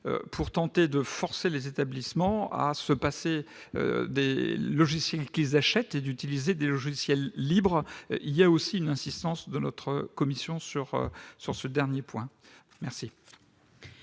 pour tenter de forcer les établissements à se passer des logiciels qu'ils achètent, d'utiliser des logiciels libres, il y a aussi une insistance de notre commission sur sur ce dernier point, merci.